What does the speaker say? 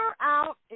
out